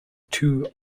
two